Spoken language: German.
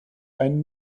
ein